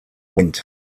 wind